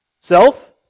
Self